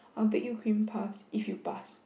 I will bake you cream puffs if you pass